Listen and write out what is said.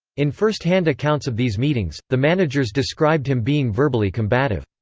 in firsthand accounts of these meetings, the managers described him being verbally combative.